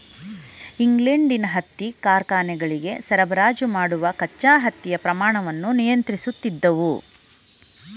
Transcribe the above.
ಇಂಗ್ಲೆಂಡಿನ ಹತ್ತಿ ಕಾರ್ಖಾನೆಗಳಿಗೆ ಸರಬರಾಜು ಮಾಡುವ ಕಚ್ಚಾ ಹತ್ತಿಯ ಪ್ರಮಾಣವನ್ನು ನಿಯಂತ್ರಿಸುತ್ತಿದ್ದವು